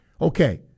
Okay